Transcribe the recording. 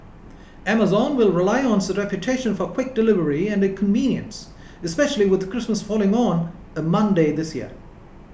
Amazon will rely on its reputation for quick delivery and convenience especially with Christmas falling on a Monday this year